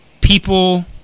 people